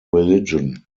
religion